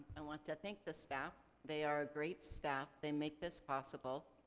i want to thank the staff. they are a great staff. they make this possible.